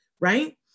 right